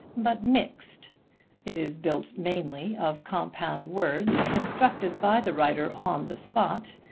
but mixed it is built mainly of compound words constructed by the writer on the spot,